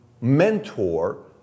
mentor